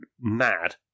mad